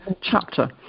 chapter